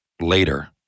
later